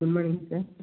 good morning sir